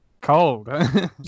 cold